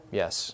yes